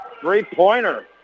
Three-pointer